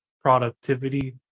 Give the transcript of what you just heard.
productivity